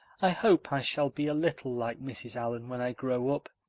i hope i shall be a little like mrs. allan when i grow up.